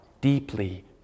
deeply